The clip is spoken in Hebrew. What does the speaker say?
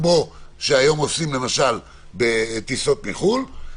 כמו שעושים היום למשל בטיסות מחוץ-לארץ,